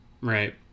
right